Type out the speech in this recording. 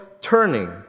turning